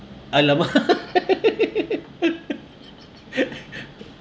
!alamak!